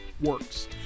works